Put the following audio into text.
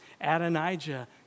Adonijah